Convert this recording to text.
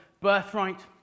birthright